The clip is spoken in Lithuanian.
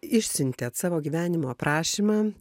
išsiuntėt savo gyvenimo aprašymą